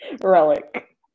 relic